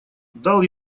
дал